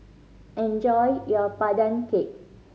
enjoy your Pandan Cake